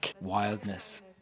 wildness